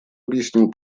объяснил